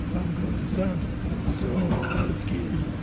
i'm gonna sound so husky.